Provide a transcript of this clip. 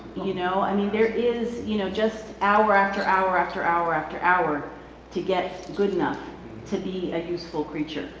you know? i mean, there is you know just hour after hour after hour after hour to get good enough to be a useful creature.